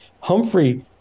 Humphrey